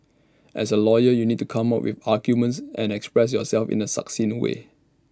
as A lawyer you'll need to come up with arguments and express yourself in A succinct way